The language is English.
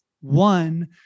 one